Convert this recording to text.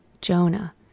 Jonah